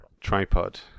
tripod